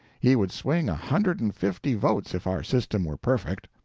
he would swing a hundred and fifty votes if our system were perfect.